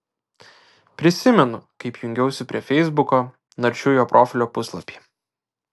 prisimenu kaip jungiausi prie feisbuko naršiau jo profilio puslapį